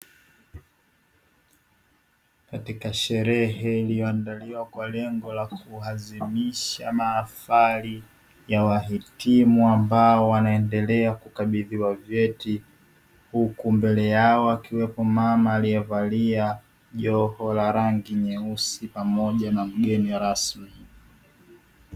Katika sherehe iliyoandaliwa kwa lengo la kuadhimisha mahafali ya wahitimu ambao wanaendelea kukabidhiwa vyeti, huku mbele yao akiwepo mama aliyevalia joho la rangi nyeusi pamoja na mgeni rasmi.